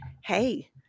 hey